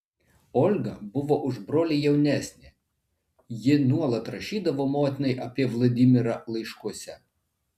olga buvo už brolį jaunesnė ji nuolat rašydavo motinai apie vladimirą laiškuose